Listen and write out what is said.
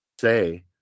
say